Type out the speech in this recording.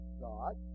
god